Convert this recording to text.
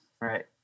right